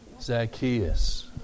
Zacchaeus